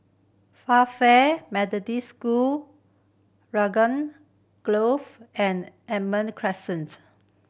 Methodist School Grove and Almond Crescent